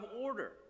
order